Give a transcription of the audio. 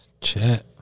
Chat